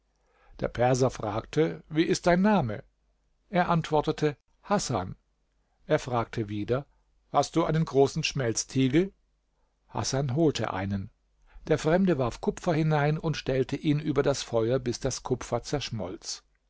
der perser fragte wie ist dein name er antwortete hasan er fragte wieder hast du einen großen schmelztiegel hasan holte einen der fremde warf kupfer hinein und stellte ihn über das feuer bis das kupfer zerschmolz